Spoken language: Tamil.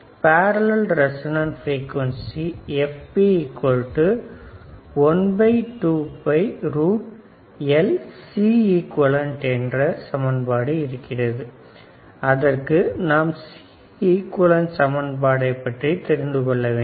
Parallel Resonance Frequency 12LCequivalent அதற்கு நாம் Cequivalent சமன்பாட்டை தெரிந்து கொள்ள வேண்டும்